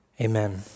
Amen